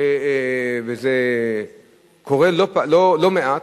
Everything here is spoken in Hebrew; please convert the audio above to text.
וזה קורה לא מעט,